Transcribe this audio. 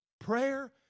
prayer